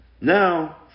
now